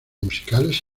musicales